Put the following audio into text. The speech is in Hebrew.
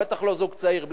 בטח לא זוג צעיר,